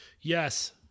Yes